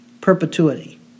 perpetuity